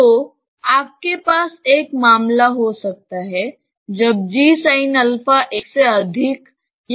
तो आपके पास एक मामला हो सकता है जब a से अधिक या a से कम हो